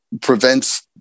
prevents